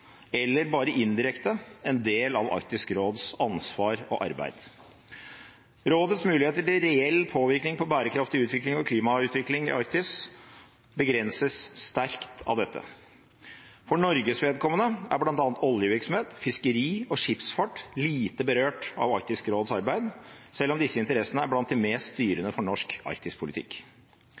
eller bare indirekte, en del av Arktisk råds ansvar og arbeid. Rådets muligheter til reell påvirkning på bærekraftig utvikling og klimautvikling i Arktis begrenses sterkt av dette. For Norges vedkommende er bl.a. oljevirksomhet, fiskeri og skipsfart lite berørt av Arktisk råds arbeid, selv om disse interessene er blant de mest styrende for norsk arktispolitikk.